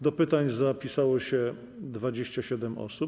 Do pytań zapisało się 27 osób.